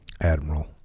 Admiral